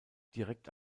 direkt